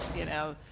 you know,